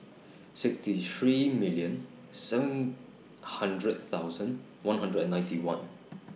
sixty three million seven hundred thousand one hundred and ninety one